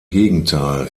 gegenteil